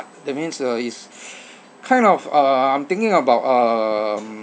that means uh it's kind of uh thinking about um